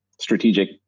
strategic